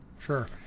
sure